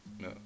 No